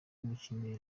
umuhigo